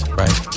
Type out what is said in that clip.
right